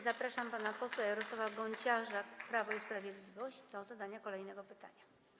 Zapraszam pana posła Jarosława Gonciarza, Prawo i Sprawiedliwość, do zadania kolejnego pytania.